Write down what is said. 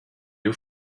you